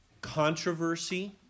controversy